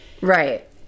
right